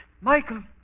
Michael